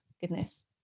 goodness